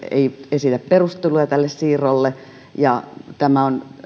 ei esitä perusteluja tälle siirrolle tämä on